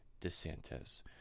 DeSantis